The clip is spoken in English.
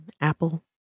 apple